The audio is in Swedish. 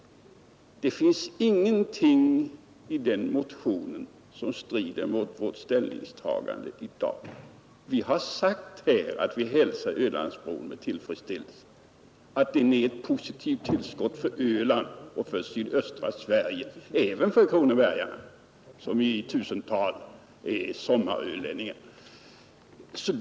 Det finns ingenting i den motionen som strider mot vårt ställningstagande i dag. Vi har sagt här att vi hälsar Ölandsbrons tillkomst med tillfredsställelse, att den är ett positivt tillskott för Öland och för sydöstra Sverige — även för kronobergarna, som i tusental är sommarölänningar.